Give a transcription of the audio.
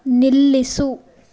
ನಿಲ್ಲಿಸು